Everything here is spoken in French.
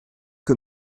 que